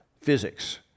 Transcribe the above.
physics